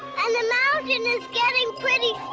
and the mountain's getting pretty